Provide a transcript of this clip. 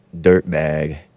Dirtbag